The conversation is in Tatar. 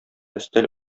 өстәл